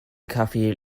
café